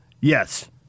Yes